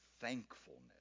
thankfulness